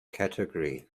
category